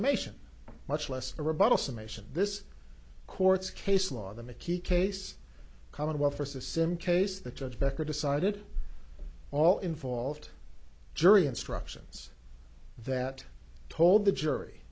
summation much less a rebuttal summation this court's case law the mickey case commonwealth versus him case the judge becker decided all involved jury instructions that told the jury